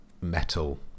metal